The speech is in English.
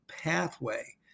pathway